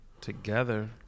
together